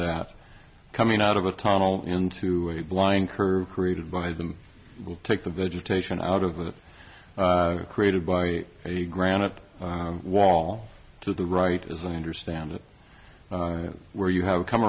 that coming out of a tunnel into a blind curve created by them will take the vegetation out of the created by a granite wall to the right as i understand it where you have come